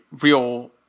real